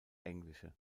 englische